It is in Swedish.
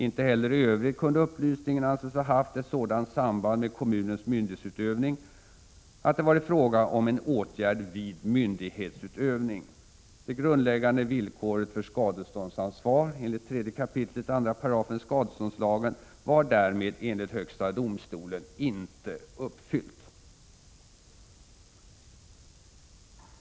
Inte heller i övrigt kunde upplysningen anses ha haft ett sådant samband med kommunens myndighetsutövning att det varit fråga om en åtgärd vid myndighetsutövning. Det grundläggande villkoret för skadeståndsansvar enligt 3 kap. 2 § skadeståndslagen var därmed enligt högsta domstolen inte uppfyllt.